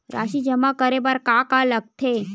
राशि जमा करे बर का का लगथे?